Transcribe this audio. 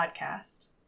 Podcast